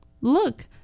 Look